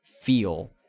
feel